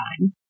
time